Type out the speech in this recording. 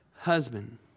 Husband